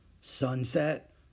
Sunset